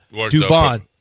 Dubon